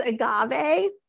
agave